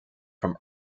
from